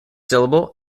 syllable